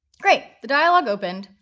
great. the dialog opened,